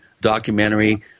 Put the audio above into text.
documentary